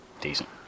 decent